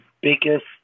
biggest